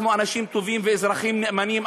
אנחנו אנשים טובים ואזרחים נאמנים,